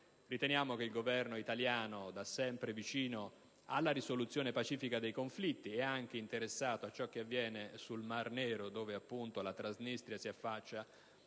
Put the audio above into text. Riteniamo che il Governo italiano, da sempre vicino alla risoluzione pacifica dei conflitti e anche interessato a ciò che avviene sul Mar Nero, dove appunto la Transnistria si affaccia